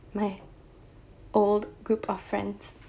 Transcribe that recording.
my old group of friends